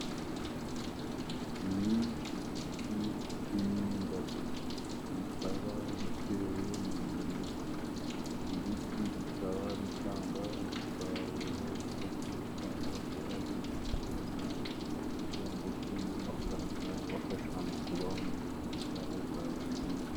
Ni mu biti by'imyumbati bikaba bitewe mu murira, ibi biti bikaba bitanga umusaruro wifashishwa n'abaturage mu kubona ibyo kurya ndetse n'amafaranga abafasha mu kubaho mu buzima bwabo bwa buri munsi.